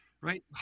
Right